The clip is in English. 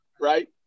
right